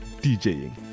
DJing